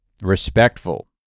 respectful